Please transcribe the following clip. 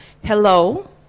Hello